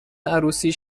عروسی